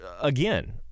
again